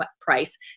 price